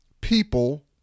people